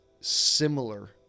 similar